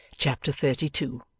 chapter thirty two